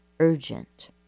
urgent